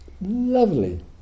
lovely